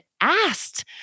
asked